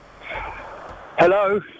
Hello